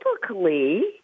typically